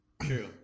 True